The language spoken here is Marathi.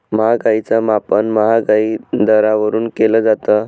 महागाईच मापन महागाई दरावरून केलं जातं